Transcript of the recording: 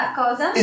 cosa